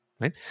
Right